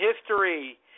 history